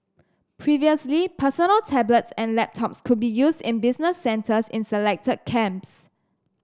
previously personal tablets and laptops could be used only in business centres in selected camps